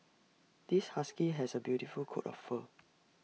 this husky has A beautiful coat of fur